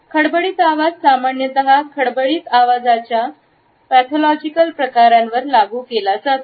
खडबडीत आवाज सामान्यत खडबडीत आवाजाच्या पॅथॉलॉजिकल प्रकारांवर लागू केला जातो